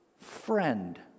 friend